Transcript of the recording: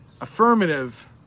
affirmative